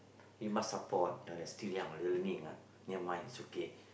you must support ah they're still young learning ah never mind is okay